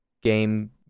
game